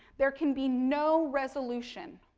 there can be no resolution.